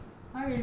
!huh! really